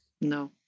no